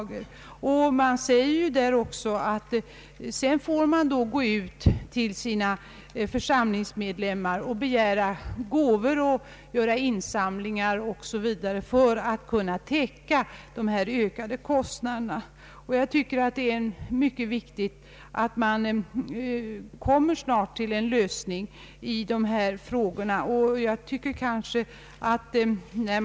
Det anförs också att man sedan får gå ut till sina församlingsmedlemmar och begära gåvor, göra insamlingar o.s.v. för att kunna täcka dessa ökade kostnader. Jag tycker att det är mycket viktigt att en lösning av dessa frågor snart kommer till stånd.